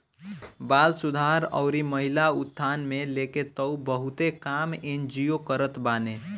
बाल सुधार अउरी महिला उत्थान के लेके तअ बहुते काम एन.जी.ओ करत बाने